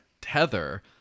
Tether